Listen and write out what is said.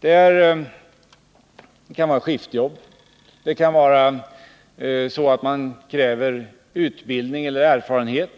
Det kan vara skiftjobb, och det kan vara så, att man kräver utbildning eller erfarenhet.